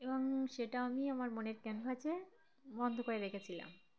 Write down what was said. এবং সেটাও আমি আমার মনের ক্যানভাসে হয়েছে বন্ধ করে রেখেছিলাম